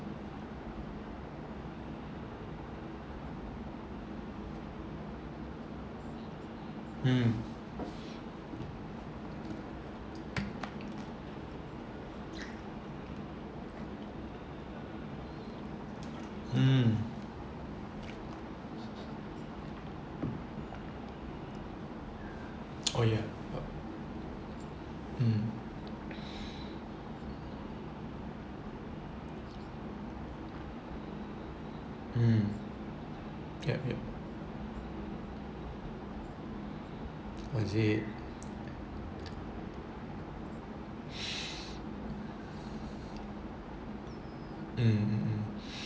mm mm oh ya mm mm yeap yeap what is it